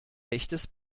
echtes